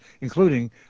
including